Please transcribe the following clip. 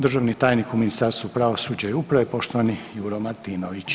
Državni tajnik u Ministarstvu pravosuđa i uprave poštovani Juro Martinović.